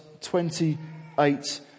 28